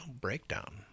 breakdown